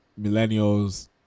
millennials